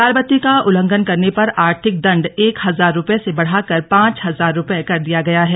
लालबत्ती का उल्लंघन करने पर आर्थिक दंड एक हजार रुपये से बढ़ाकर पांच हजार रुपये कर दिया गया है